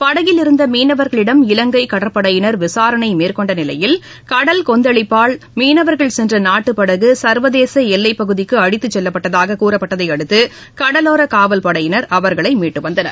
படகில் இருந்த மீனவர்களிடம் இலங்கை கடற்படையினர் விசாரணை மேற்கொண்ட நிலையில் கடல் கொந்தளிப்பால் மீனவர்கள் சென்ற நாட்டுப்படகு சர்வதேச எல்லைப்பகுதிக்கு அடித்துச் செல்லப்பட்டதாக கூறியதை அடுத்து கடலோர காவல்படையினர் அவர்களை மீட்டு வந்தனர்